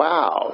Wow